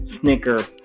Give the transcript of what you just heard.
snicker